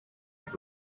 his